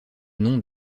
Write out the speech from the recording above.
nom